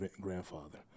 grandfather